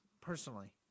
personally